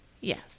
Yes